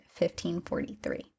1543